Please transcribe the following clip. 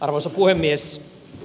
arvoisa puhemies